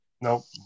Nope